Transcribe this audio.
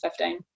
2015